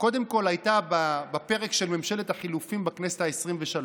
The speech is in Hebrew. קודם כול הייתה בפרק של ממשלת החילופים בכנסת העשרים-ושלוש,